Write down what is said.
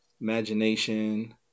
imagination